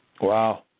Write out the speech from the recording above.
Wow